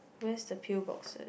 where's the pill boxes